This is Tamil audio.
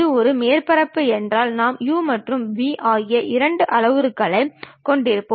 இதில் ஒரு பொருளின் ஏதாவது ஒரு பக்கவாட்டுத் தோற்றத்தில் இருக்கும்